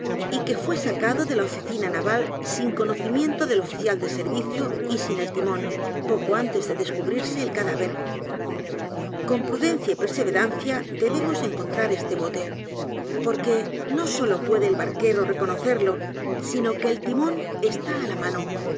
y que fue sacado de la oficina naval sin conocimiento del oficial de servicio y sin el limón poco antes de descubrirse el cadáver con prudencia y perseverancia debemos encontrar este b o t e porque no sólo puede el barquero reconocerlo sino que el timón está á la mano